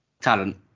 Talent